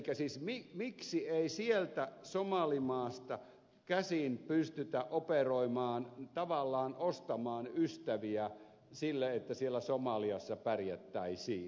elikkä siis miksi ei sieltä somalimaasta käsin pystytä operoimaan tavallaan ostamaan ystäviä sille että siellä somaliassa pärjättäisiin